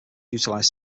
utilize